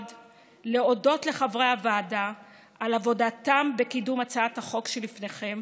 להודות לחברי הוועדה באופן מיוחד על עבודתם בקידום הצעת החוק שלפניכם